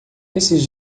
esses